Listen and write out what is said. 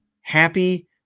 happy